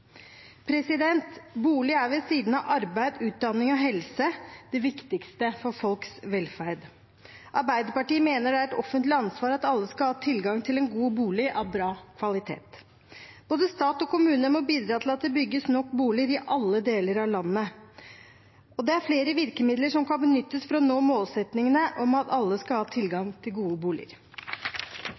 Bolig er ved siden av arbeid, utdanning og helse det viktigste for folks velferd. Arbeiderpartiet mener det er et offentlig ansvar at alle skal ha tilgang til en god bolig av bra kvalitet. Både stat og kommune må bidra til at det bygges nok boliger i alle deler av landet. Det er flere virkemidler som kan benyttes for å nå målsettingen om at alle skal ha tilgang til gode boliger.